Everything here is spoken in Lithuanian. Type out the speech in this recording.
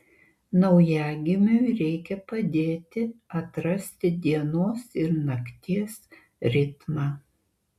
naujagimiui reikia padėti atrasti dienos ir nakties ritmą